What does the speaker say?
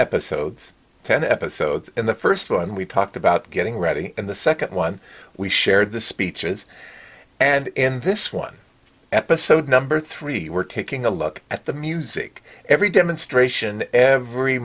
episodes ten episodes in the first one we talked about getting ready and the second one we shared the speeches and in this one episode number three we're taking a look at the music every demonstration every